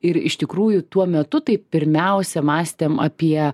ir iš tikrųjų tuo metu tai pirmiausia mąstėm apie